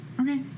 Okay